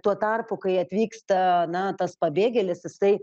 tuo tarpu kai atvyksta na tas pabėgėlis jisai